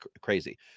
crazy